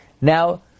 Now